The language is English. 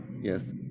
Yes